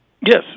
Yes